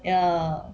ya